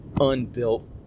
unbuilt